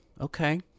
okay